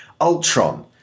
Ultron